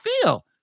feel